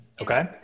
Okay